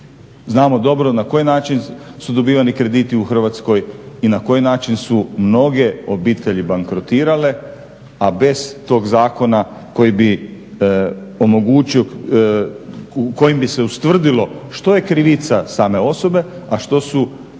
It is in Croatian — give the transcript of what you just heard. Znamo dobro na koji način su dobivani krediti u Hrvatskoj i na koji način su mnoge obitelji bankrotirale, a bez toga zakona koji bi omogućio, kojim bi se ustvrdilo što je krivica same osobe, a što su okolnosti